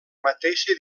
mateixa